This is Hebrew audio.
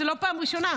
זאת לא פעם ראשונה,